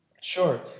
Sure